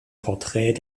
porträt